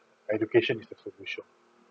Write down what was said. education is the solution